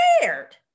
scared